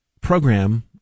program